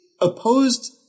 opposed